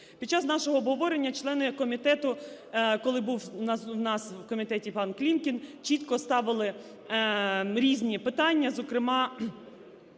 Під час нашого обговорення члени комітету, коли був в нас в комітеті панКлімкін, чітко ставили різні питання, зокрема